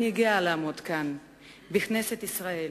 אני גאה לעמוד כאן בכנסת ישראל